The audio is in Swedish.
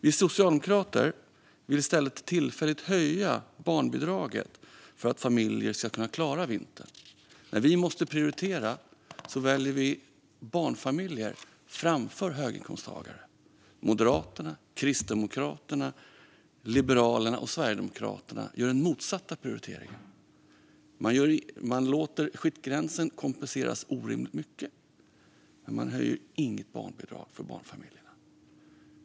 Vi socialdemokrater vill i stället tillfälligt höja barnbidraget för att familjer ska kunna klara vintern. När vi måste prioritera väljer vi barnfamiljer framför höginkomsttagare. Moderaterna, Kristdemokraterna, Liberalerna och Sverigedemokraterna gör den motsatta prioriteringen. Man låter skiktgränsen kompenseras orimligt mycket, men man höjer inte barnbidraget.